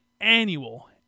annual